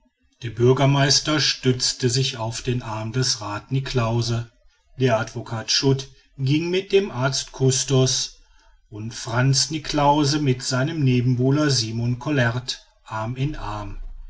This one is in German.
der bürgermeister stützte sich auf den arm des rath niklausse der advocat schut ging mit dem arzt custos und frantz niklausse mit seinem nebenbuhler simon collaert arm in arm